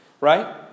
right